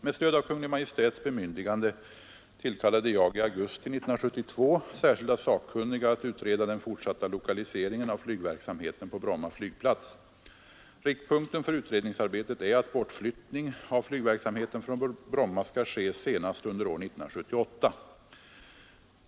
Med stöd av Kungl. Maj:ts bemyndigande tillkallade jag i augusti 1972 särskilda sakkunniga att utreda den fortsatta lokaliseringen av flygverksamheten på Bromma flygplats. Riktpunkten för utredningsarbetet är att bortflyttning av flygverksamheten från Bromma skall ske senast under år 1978.